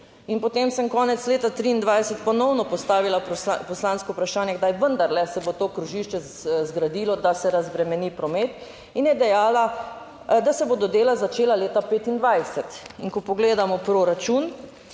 potem sem konec leta 2023 ponovno postavila poslansko vprašanje, kdaj vendarle se bo to krožišče zgradilo, da se razbremeni promet in je dejala, da se bodo dela začela leta 2025,